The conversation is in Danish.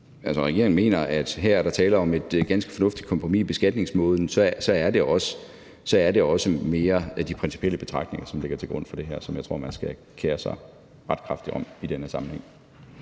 at regeringen mener, at der her er tale om et ganske fornuftigt kompromis i beskatningsmåden, de principielle betragtninger, som ligger til grund for det her, som jeg tror man skal kere sig ret kraftigt om i den her sammenhæng.